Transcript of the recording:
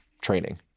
training